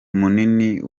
munini